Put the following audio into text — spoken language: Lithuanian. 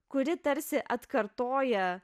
kuri tarsi atkartoja